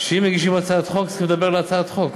שאם מגישים הצעת חוק, צריך לדבר על הצעת החוק.